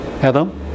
adam